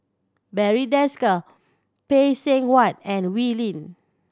Barry Desker Phay Seng Whatt and Wee Lin